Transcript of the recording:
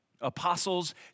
apostles